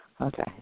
Okay